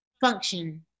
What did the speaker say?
function